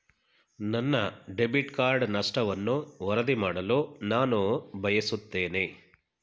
ನನ್ನ debit card ನಷ್ಟವನ್ನು ವರದಿ ಮಾಡಲು ನಾನು ಬಯಸುತ್ತೇನೆ